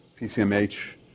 PCMH